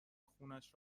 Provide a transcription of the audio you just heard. خونش